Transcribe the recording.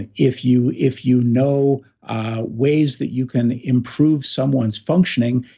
and if you if you know ways that you can improve someone's functioning,